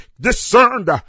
discerned